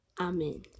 Amen